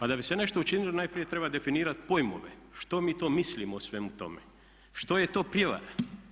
A da bi se nešto učinilo najprije treba definirati pojmove što mi to mislimo o svemu tome, što je to prijevara.